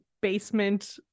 basement